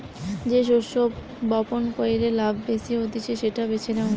যে শস্য বপণ কইরে লাভ বেশি হতিছে সেটা বেছে নেওয়া